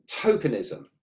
tokenism